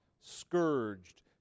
scourged